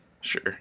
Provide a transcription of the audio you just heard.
Sure